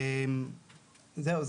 זהו,